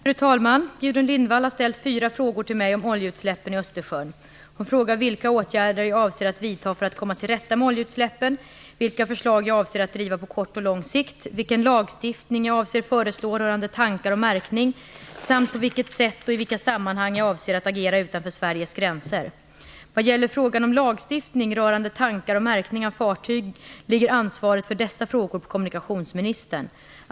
Fru talman! Gudrun Lindvall har ställt fyra frågor till mig om oljeutsläppen i Östersjön. Hon frågar vilka åtgärder jag avser att vidta för att komma till rätta med oljeutsläppen. vilka förslag jag avser att driva på kort och lång sikt, vilken lagstiftning jag avser att föreslå rörande tankar och märkning samt på vilket sätt och i vilka sammanhang jag avser att agera utanför Sveriges gränser. Vad gäller frågan om lagstiftning rörande tankar och märkning av fartyg ligger ansvaret för dessa frågor på kommunikationsministern.